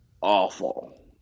awful